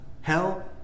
hell